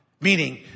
Meaning